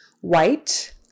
White